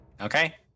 Okay